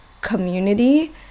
community